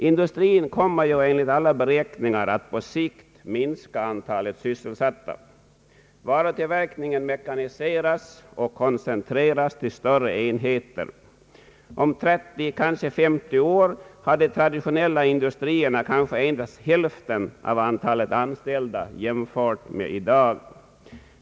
Industrin kommer ju enligt olika beräkningar att på sikt minska antalet sysselsatta i samband med att tillverkningen av olika produkter mekaniseras och koncentreras till större enheter. Om 30 eller kanske 50 år har de traditionella industrierna måhända endast hälften av det nuvarande antalet anställda.